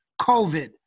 COVID